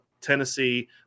Tennessee